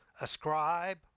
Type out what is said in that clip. Ascribe